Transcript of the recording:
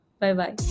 Bye-bye